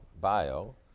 bio